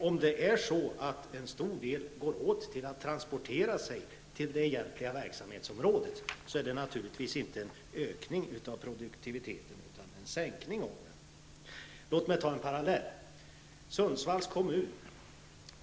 Om det är så att en stor del av tiden går åt för transporter till det egentliga verksamhetsområdet är det naturligtvis inte en ökning av produktiviteten utan en sänkning. Låt mig dra en parallell.